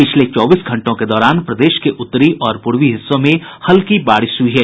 पिछले चौबीस घंटों के दौरान प्रदेश के उत्तरी और पूर्वी हिस्सों में हल्की बारिश हुई है